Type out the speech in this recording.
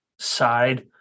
Side